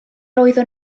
oeddwn